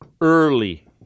early